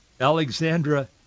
Alexandra